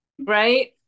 right